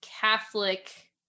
catholic